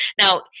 Now